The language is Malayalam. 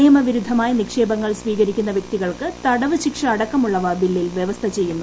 നിയമ വിരുദ്ധമായി നിക്ഷേപങ്ങൾ സ്വീകരിക്കുന്ന വ്യക്തികൾക്ക് തടവുശിക്ഷ അടക്കമുള്ളവ ബില്ലിൽ വ്യവസ്ഥ ചെയ്യുന്നു